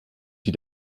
die